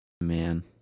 Man